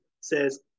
says